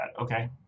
okay